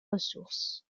ressources